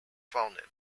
founding